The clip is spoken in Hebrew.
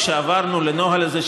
כשעברנו לנוהל הזה,